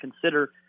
consider